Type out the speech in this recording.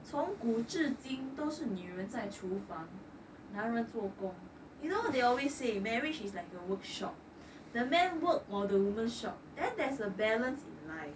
从古至今都是女人在厨房男人做工:cong gu zhie jin dou shi nv ren zai chu fangng nan ren zuo gong you know they always say marriage is like a workshop the man work while the woman's shop then there's a balance in life